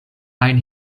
ajn